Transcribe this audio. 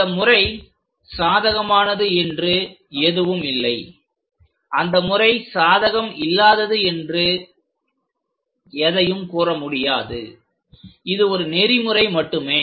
இந்த முறை சாதகமானது என்று எதுவும் இல்லைஅந்த முறை சாதகம் இல்லாதது என்று எதையும் கூறமுடியாது இது ஒரு நெறிமுறை மட்டுமே